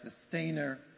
Sustainer